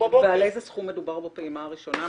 ועל איזה סכום מדובר בפעימה הראשונה?